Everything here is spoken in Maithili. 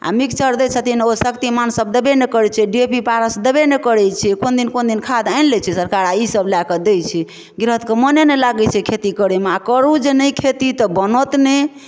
आ मिक्सचर दै छथिन ओ शक्तिमान सब देबै नहि करैत छै डी ए पी पारस देबै नहि करैत छै कोन दिन कोन दिन खाद आनि लै छै सरकार आ ई सब लए कऽ दै छै गृहस्थ कऽ मने नहि लागैत छै खेती करैमे आ करू जे नहि खेती तऽ बनत नहि